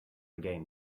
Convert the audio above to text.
again